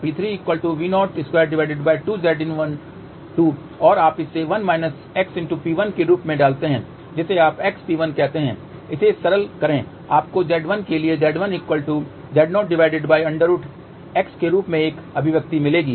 P3V022Zin2 और आप इसे 1-xP1 के रूप में डालते हैं जिसे आप x P1 कहते हैं इसे सरल करें आपको Z1 के लिए Z1 Z0√x के रूप में एक अभिव्यक्ति मिलेगी